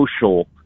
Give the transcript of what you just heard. social